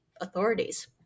authorities